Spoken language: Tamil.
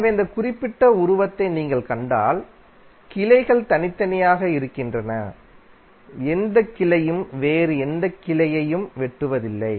எனவே இந்த குறிப்பிட்ட உருவத்தை நீங்கள் கண்டால் கிளைகள் தனித்தனியாக இருக்கின்றன எந்தக் கிளையும் வேறு எந்த கிளையையும் வெட்டுவதில்லை